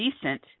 decent